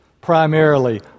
primarily